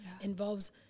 involves